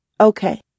Okay